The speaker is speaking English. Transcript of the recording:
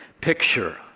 picture